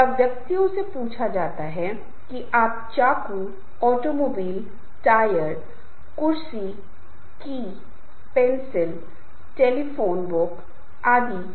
इसका मतलब है कि दोस्ती समूह बन जाता है लोग दोस्त बन जाते हैं क्योंकि वे कुछ पसंद करते हैं उनकी पसंद एक दूसरे में कुछ सामान्य हो सकती है